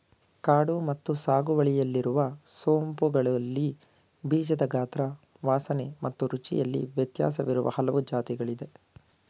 ಕಾಡು ಮತ್ತು ಸಾಗುವಳಿಯಲ್ಲಿರುವ ಸೋಂಪುಗಳಲ್ಲಿ ಬೀಜದ ಗಾತ್ರ ವಾಸನೆ ಮತ್ತು ರುಚಿಯಲ್ಲಿ ವ್ಯತ್ಯಾಸವಿರುವ ಹಲವು ಜಾತಿಗಳಿದೆ